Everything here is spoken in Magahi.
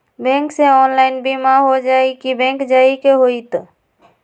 बैंक से ऑनलाइन कोई बिमा हो जाई कि बैंक जाए के होई त?